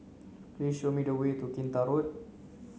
please show me the way to Kinta Road